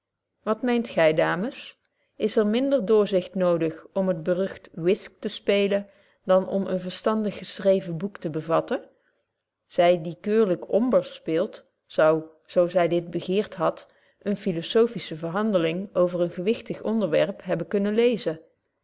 wat meent gy dames is er minder doorzicht nodig om het berucht whisk te spelen dan om een verstandig geschreven boek te bevatten zy die keurlyk omber speelt zou zo zy dit begeert hadt eene philosophische verhandeling over een gewichtig onderwerp hebben kunnen lezen